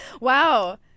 Wow